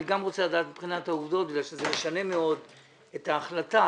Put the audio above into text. אני גם רוצה לדעת מבחינת העובדות כי זה משנה מאוד את ההחלטה,